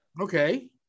Okay